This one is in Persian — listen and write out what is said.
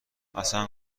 حسن